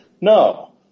No